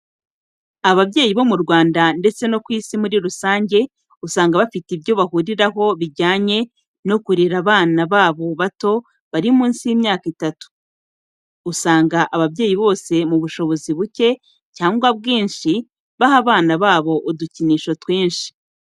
Ababyeyi bo mu Rwanda ndetse no ku isi muri rusange usanga bafite ibyo bahuriraho bijyanye no kurera abana babo bato bari munsi y'imyaka itatu. Usanga ababyeyi bose mu bushobozi buke cyangwa bwinshi baha abana babo udukinisho twinshi.